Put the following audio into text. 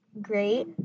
Great